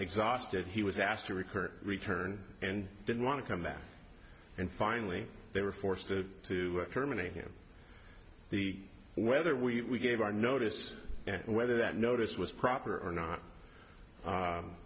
exhausted he was asked to recover returned and didn't want to come back and finally they were forced to terminate him the whether we gave our notice and whether that notice was proper or